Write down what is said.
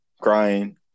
crying